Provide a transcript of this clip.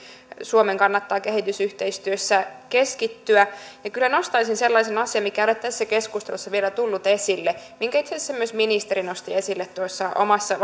suomen kannattaa kehitysyhteistyössä keskittyä kyllä nostaisin sellaisen asian mikä ei ole tässä keskustelussa vielä tullut riittävästi esille mutta minkä itse asiassa myös ministeri nosti esille tuossa omassa